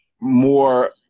more